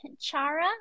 Chara